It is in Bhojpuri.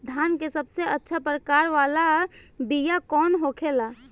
धान के सबसे अच्छा प्रकार वाला बीया कौन होखेला?